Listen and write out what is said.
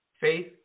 Faith